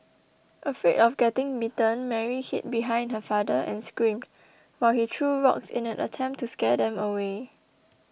afraid of getting bitten Mary hid behind her father and screamed while he threw rocks in an attempt to scare them away